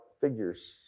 figures